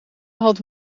had